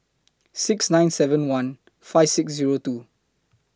six nine seven one five six Zero two